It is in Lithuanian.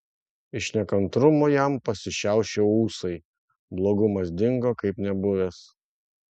iš nekantrumo jam pasišiaušė ūsai blogumas dingo kaip nebuvęs